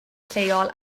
lleol